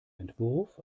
entwurf